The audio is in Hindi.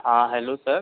हाँ हैलो सर